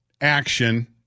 action